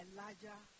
Elijah